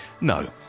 no